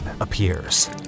appears